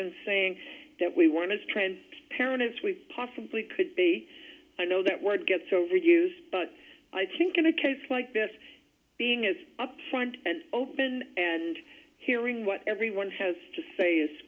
and saying that we want to transparent as we possibly could be i know that word gets overused but i think in a case like this being it's up front and open and hearing what everyone has to say is